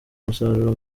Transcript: umusaruro